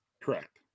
Correct